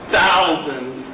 thousands